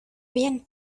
bien